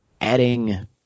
adding